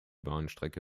bahnstrecke